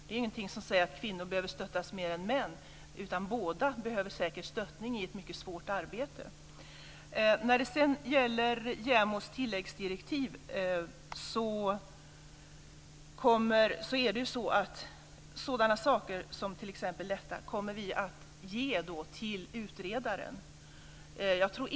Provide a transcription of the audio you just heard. Det är ingenting som säger att kvinnor behöver stöttas mer än män, utan både kvinnor och män behöver säkert stöttning i ett mycket svårt arbete. När det sedan gäller JämO:s tilläggsdirektiv kommer vi att ge utredaren i uppdrag att titta på exempelvis jämställdhetsmärkning av företag.